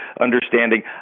understanding